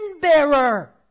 bearer